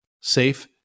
safe